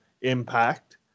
Impact